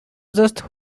just